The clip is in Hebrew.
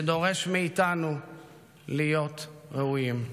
ודורש מאיתנו להיות ראויים.